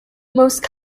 most